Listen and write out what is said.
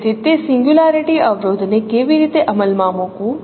તેથી તે સિંગલ્યુલારીટિ અવરોધને કેવી રીતે અમલમાં મૂકવું